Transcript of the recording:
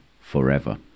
forever